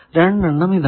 രണ്ടെണ്ണം ഇതാണ്